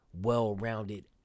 well-rounded